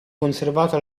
conservato